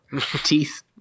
Teeth